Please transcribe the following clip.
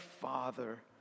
Father